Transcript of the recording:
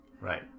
Right